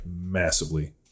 massively